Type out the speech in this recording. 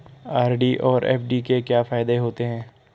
RD और FD के क्या क्या फायदे होते हैं?